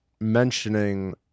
mentioning